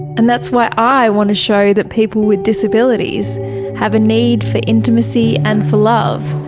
and that's why i want to show that people with disabilities have a need for intimacy and for love,